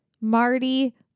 Marty